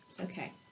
okay